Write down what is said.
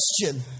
question